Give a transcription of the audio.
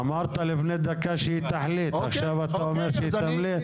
לפני רגע אמרת שהיא תחליט ועכשיו אתה אומר שהיא תמליץ?